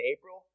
April